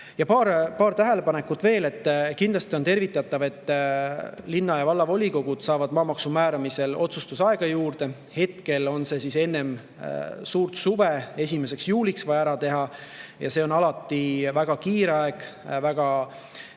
tähelepanekut veel. Kindlasti on tervitatav, et linna- ja vallavolikogud saavad maamaksu määramisel otsustusaega juurde. Hetkel on see nii, et enne suurt suve 1. juuliks [oleks] vaja ära teha, aga see on alati väga kiire aeg, väga